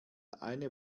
eine